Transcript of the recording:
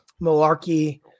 Malarkey